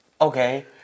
Okay